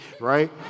right